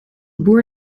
boer